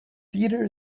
theatre